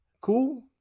cool